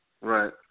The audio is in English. Right